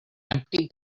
empty